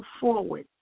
forward